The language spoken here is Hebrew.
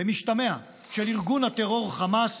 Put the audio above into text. במשתמע של ארגון הטרור חמאס,